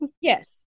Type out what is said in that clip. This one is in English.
Yes